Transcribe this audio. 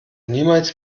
niemals